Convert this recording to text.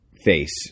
face